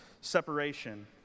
separation